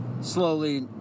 slowly